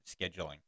scheduling